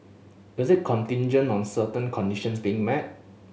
is it contingent on certain conditions being met